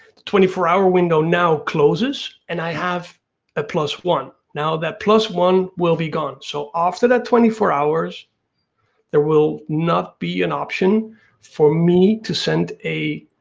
the twenty four hour window now closes and i have a plus one. that plus one will be gone. so after that twenty four hours there will not be an option for me to send a